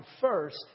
first